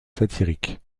satiriques